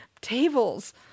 tables